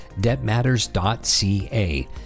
debtmatters.ca